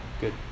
Good